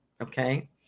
okay